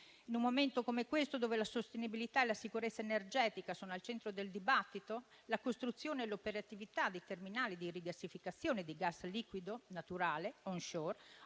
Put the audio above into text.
In un momento come questo, in cui la sostenibilità e la sicurezza energetica sono al centro del dibattito, la costruzione e l'operatività dei terminali di rigassificazione di gas liquido naturale *onshore*